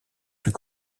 plus